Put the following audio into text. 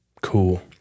cool